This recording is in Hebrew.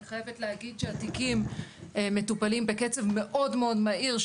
אני חייבת להגיד שהתיקים מטופלים בקצב מאוד מהיר,